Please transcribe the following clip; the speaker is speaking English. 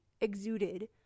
exuded